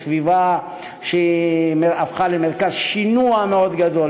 היא סביבה שהפכה למרכז שינוע מאוד גדול,